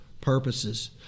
purposes